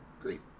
great